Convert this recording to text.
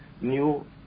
new